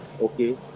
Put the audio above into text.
Okay